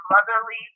Motherly